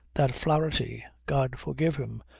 that flaherty, god forgive him,